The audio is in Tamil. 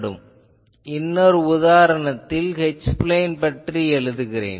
இப்போது இன்னொரு உதாரணத்தில் H பிளேன் பற்றி எழுதுகிறேன்